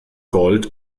gold